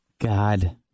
God